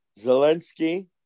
Zelensky